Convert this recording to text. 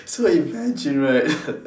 so imagine right